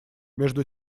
между